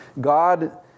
God